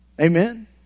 Amen